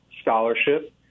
scholarship